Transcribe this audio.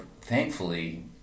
thankfully